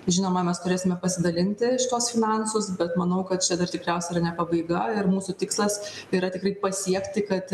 žinoma mes turėsime pasidalinti šituos finansus bet manau kad čia dar tikriausiai yra ne pabaiga ir mūsų tikslas yra tikrai pasiekti kad